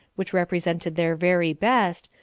which represented their very best,